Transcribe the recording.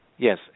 Yes